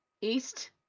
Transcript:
east